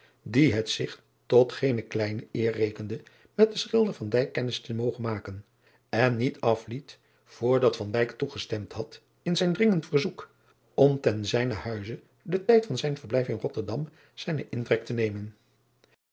die het zich tot geene kleine eer rekende met den schilder kennis te mogen maken en niet afliet voor dat toegestemd had in zijn dringend verzoekt om ten zijnen huize den tijd van zijn verblijf in otterdam zijnen intrek te nemen